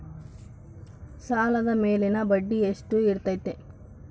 ಸಾಲದ ಮೇಲಿನ ಬಡ್ಡಿ ಎಷ್ಟು ಇರ್ತೈತೆ?